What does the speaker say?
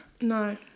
No